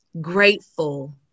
grateful